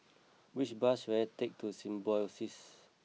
which bus should I take to Symbiosis